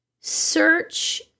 search